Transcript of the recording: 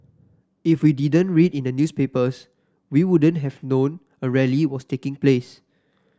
if we didn't read in the newspapers we wouldn't have known a rally was taking place